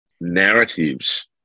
narratives